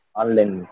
online